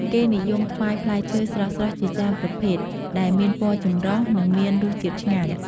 គេនិយមថ្វាយផ្លែឈើស្រស់ៗជាច្រើនប្រភេទ ដែលមានពណ៌ចម្រុះ និងមានរសជាតិឆ្ងាញ់។